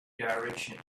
direction